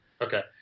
Okay